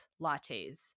lattes